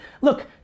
Look